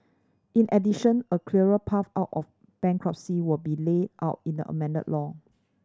in addition a clearer path out of bankruptcy will be laid out in the amended law